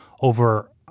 over